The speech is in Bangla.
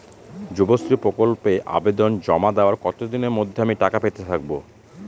যুবশ্রী প্রকল্পে আবেদন জমা দেওয়ার কতদিনের মধ্যে আমি টাকা পেতে থাকব?